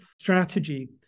strategy